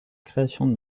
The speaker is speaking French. création